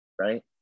right